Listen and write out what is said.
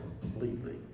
completely